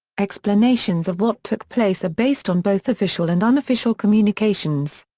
explanations of what took place are based on both official and unofficial communications.